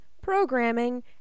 programming